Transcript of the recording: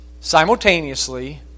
simultaneously